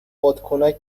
بادکنک